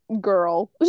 Girl